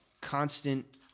constant